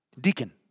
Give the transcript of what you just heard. deacon